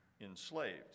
Enslaved